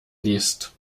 liest